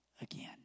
again